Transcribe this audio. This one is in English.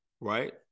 right